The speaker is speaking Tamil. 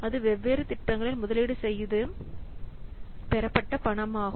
அது வெவ்வேறு திட்டங்களில் முதலீடு செய்யப்பட்டு பெறப்பட்ட பணம் ஆகும்